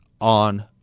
on